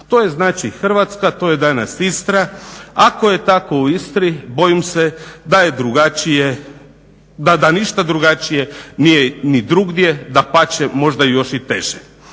To je znači Hrvatska, to je danas Istra. Ako je tako u Istri bojim se da je drugačije, da ništa drugačije nije ni drugdje. Dapače možda još i teže.